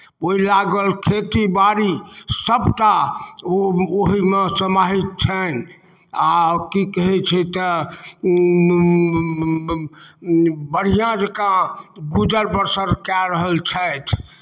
ओहि लागल खेतीबाड़ी सभटा ओ ओहीमे समाहित छनि आ कि कहैत छै तऽ बढ़िआँ जँका गुजर बसर कए रहल छथि